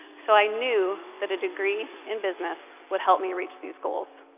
so i knew that a degree in business would help me reach these goals.